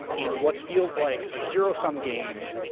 in what feels like a zero some game